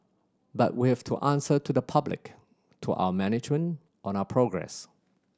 but we have to answer to the public to our management on our progress